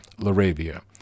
Laravia